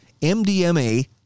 MDMA